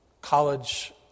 college